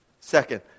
Second